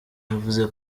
yavuze